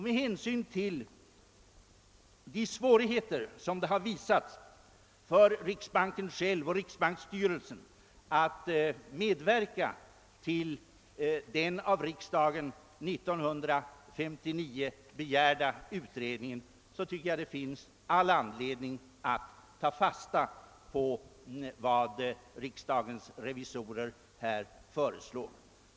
Med hänsyn till de svårigheter som har visat sig föreligga för riksbanken själv och riksbanksstyrelsen att medverka till 'den 'av riksdagen 1959.begärda utredningen är det all anledning att ta fasta på vad riksdagens revisorer här föreslår.